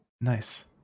nice